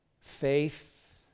faith